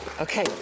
Okay